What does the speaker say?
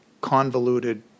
convoluted